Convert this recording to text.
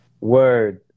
Word